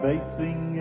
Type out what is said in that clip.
Facing